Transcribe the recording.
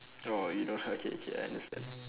oh you don't oh okay okay I understand